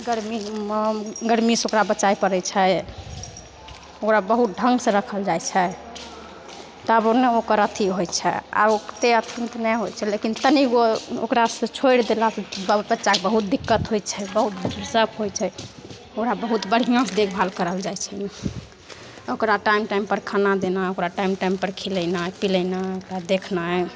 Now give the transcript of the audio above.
गरमीमे गरमीसे ओकरा बचाइ पड़ै छै ओकरा बहुत ढङ्गसे राखल जाइ छै तब ने ओकर अथी होइ छै आओर ओतेक अथी तऽ नहि होइ छै लेकिन तनि गो ओकरासे छोड़ि देलासे बच्चाके बहुत दिक्कत होइ छै बहुत सब होइ छै ओकरा बहुत बढ़िआँसे देखभाल करल जाइ छै ओकरा टाइम टाइमपर खाना देना ओकरा टाइम टाइमपर खिलेनाइ पिलेनाइ ओकरा देखनाइ